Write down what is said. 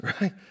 right